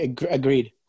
agreed